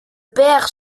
pair